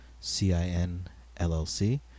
C-I-N-L-L-C